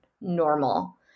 normal